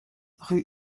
rue